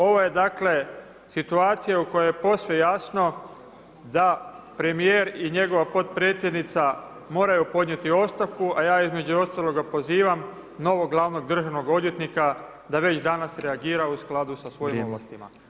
Ovo je dakle situacija u kojoj je posve jasno da premijer i njegova potpredsjednica moraju podnijet ostavku, a ja između ostaloga pozivam novog glavnog državnog odvjetnika da već danas reagira u skladu sa svojim ovlastima.